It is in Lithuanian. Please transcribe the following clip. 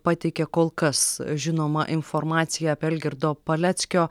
pateikė kol kas žinomą informaciją apie algirdo paleckio